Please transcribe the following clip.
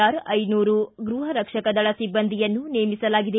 R ಐದುನೂರು ಗೃಹರಕ್ಷಕ ದಳ ಸಿಬ್ಬಂದಿಯನ್ನು ನೇಮಿಸಲಾಗಿದೆ